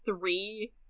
three